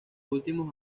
últimos